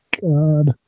God